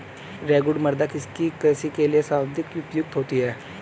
रेगुड़ मृदा किसकी कृषि के लिए सर्वाधिक उपयुक्त होती है?